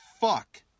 fuck